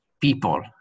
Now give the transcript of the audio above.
people